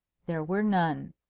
there were none.